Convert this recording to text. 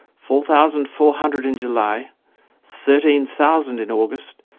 four thousand four hundred in july thirteen thousand in august,